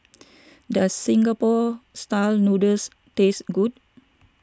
does Singapore Style Noodles taste good